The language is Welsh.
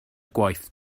gwaith